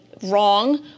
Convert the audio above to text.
wrong